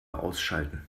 ausschalten